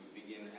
begin